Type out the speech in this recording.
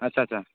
ᱟᱪᱪᱷᱟ ᱟᱪᱪᱷᱟ